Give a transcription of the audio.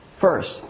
First